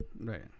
Right